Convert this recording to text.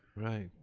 right,